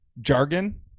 jargon